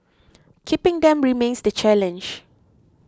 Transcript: keeping them remains the challenge